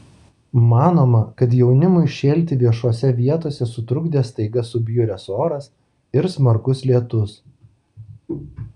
manoma kad jaunimui šėlti viešose vietose sutrukdė staiga subjuręs oras ir smarkus lietus